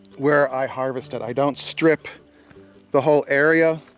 where i harvested. i don't strip the whole area.